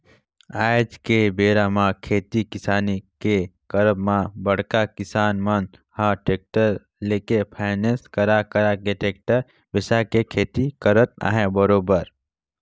आज के बेरा म खेती किसानी के करब म बड़का किसान मन ह टेक्टर लेके फायनेंस करा करा के टेक्टर बिसा के खेती करत अहे बरोबर